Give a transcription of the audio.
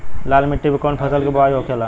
लाल मिट्टी में कौन फसल के बोवाई होखेला?